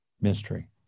mystery